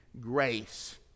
grace